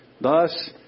Thus